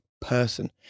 person